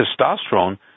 testosterone